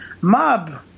mob